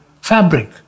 fabric